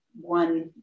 one